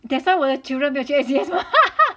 that's why 我的 children 没有去 A_C_S mah